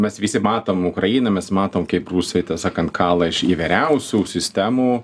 mes visi matom ukrainą mes matom kaip rusai tai sakant kala iš įvairiausių sistemų